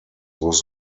was